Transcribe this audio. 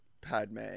Padme